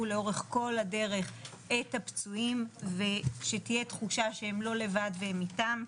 לאורך כל הדרך את הפצועים ושתהיה תחושה שהם לא לבד והם איתם,